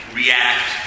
react